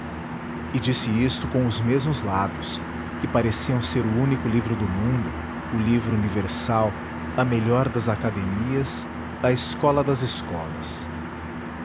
e disse isto com os mesmos lábios que pareciam ser o único livro do mundo o livro universal a melhor das academias a escola das escolas